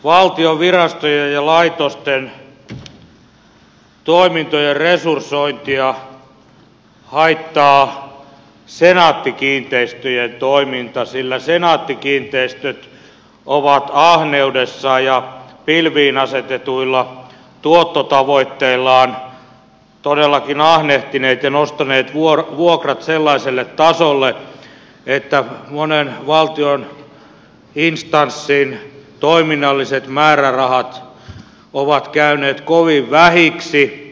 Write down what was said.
valtion virastojen ja laitosten toimintojen resursointia haittaa senaatti kiinteistöjen toiminta sillä senaatti kiinteistöt on ahneudessaan ja pilviin asetetuilla tuottotavoitteillaan todellakin ahnehtinut ja nostanut vuokrat sellaiselle tasolle että monen valtion instanssin toiminnalliset määrärahat ovat käyneet kovin vähiksi